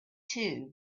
too